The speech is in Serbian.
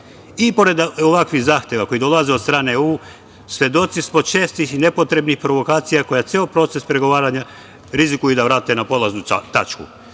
pored ovakvih zakona koji dolaze od strane EU, svedoci smo čestih i nepotrebnih provokacija koje ceo proces pregovaranja rizikuju da vrate na polaznu tačku.